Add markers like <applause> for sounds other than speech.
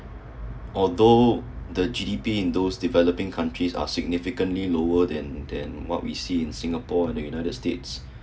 although the G_D_P in those developing countries are significantly lower than than what we see in singapore and united states <breath>